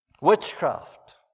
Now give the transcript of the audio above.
witchcraft